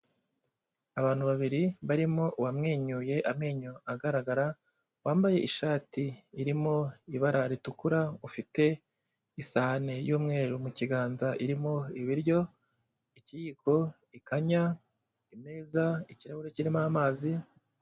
Abantu babiri barimo uwamwenyuye amenyo agaragara, wambaye ishati irimo ibara ritukura, ufite isahani y'umweru mu kiganza irimo ibiryo, ikiyiko, ikanya, imeza, ikirahure kirimo amazi.